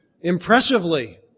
impressively